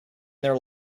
their